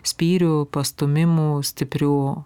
spyrių pastūmimų stiprių